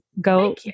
go